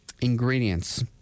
ingredients